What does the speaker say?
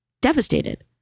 devastated